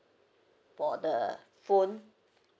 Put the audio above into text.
for the phone